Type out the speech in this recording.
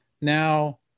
now